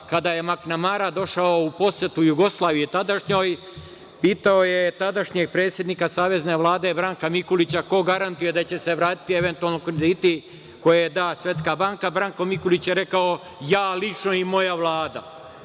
kada je Maknamara došao u posetu tadašnjoj Jugoslaviji, pitao je tadašnjeg predsednika Savezne vlade, Branka Mikulića – ko garantuje da će se vratiti eventualno krediti koje da Svetska banka? Branko Mikulić je rekao – ja, lično i moja Vlada.